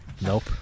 Nope